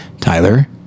Tyler